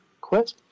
quit